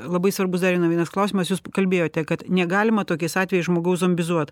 labai svarbus dar vienas klausimas jūs pakalbėjote kad negalima tokiais atvejais žmogaus zombizuot